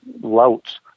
louts